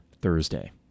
Thursday